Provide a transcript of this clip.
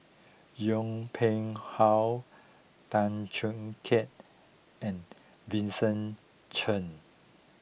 Yong Pung How Tan Choo Kai and Vincent Cheng